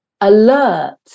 alert